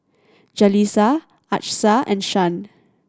Jaleesa Achsah and Shan